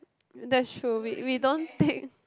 that's true we we don't take